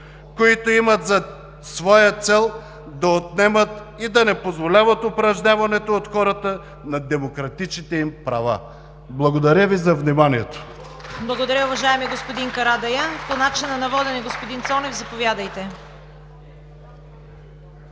които имат за своя цел да отнемат и да не позволяват упражняването от хората на демократичните им права.“ Благодаря Ви за вниманието.